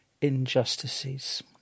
injustices